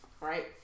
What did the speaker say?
right